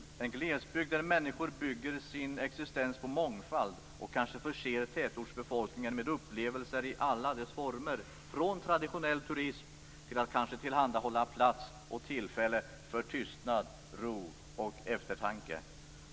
De behöver en glesbygd där människor bygger sin existens på mångfald och förser tätortsbefolkningen med upplevelser i alla former; från traditionell turism till att kanske tillhandahålla plats och tillfälle för tystnad, ro och eftertanke.